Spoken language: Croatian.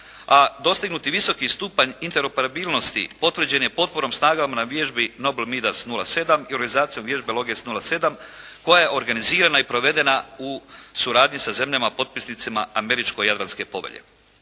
a dostignuti visoki stupanj interoperabilnosti potvrđen je potporom snagama na vježbi Nobel Midas 07 i organizacijom vježbe Loges 07, koja je organizirana i provedena u suradnji sa zemljama potpisnicama Američko-jadranske povelje.